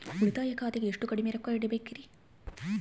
ಉಳಿತಾಯ ಖಾತೆಗೆ ಎಷ್ಟು ಕಡಿಮೆ ರೊಕ್ಕ ಇಡಬೇಕರಿ?